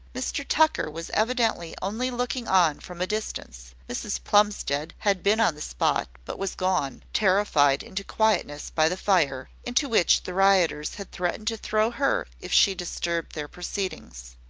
mr tucker was evidently only looking on from a distance. mrs plumstead had been on the spot, but was gone terrified into quietness by the fire, into which the rioters had threatened to throw her, if she disturbed their proceedings.